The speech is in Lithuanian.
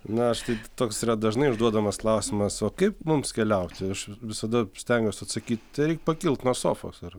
na aš tai toks yra dažnai užduodamas klausimas o kaip mums keliauti aš visada stengiuos atsakyt tai reik pakilt nuo sofos ar